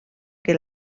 que